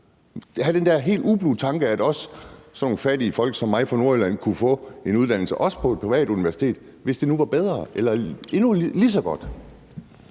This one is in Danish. man jo få den der helt ublu tanke, at også sådan nogle fattige folk som mig fra Nordjylland kunne få en uddannelse, også på et privat universitet, hvis det nu var bedre eller lige så godt.